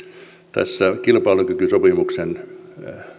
tässä kilpailukykysopimuksen